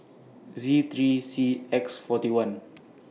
Z three C X forty one